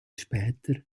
später